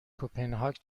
کپنهاک